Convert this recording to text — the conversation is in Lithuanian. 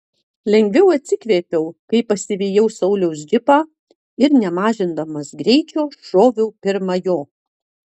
lengviau atsikvėpiau kai pasivijau sauliaus džipą ir nemažindamas greičio šoviau pirma jo